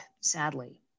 sadly